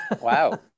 Wow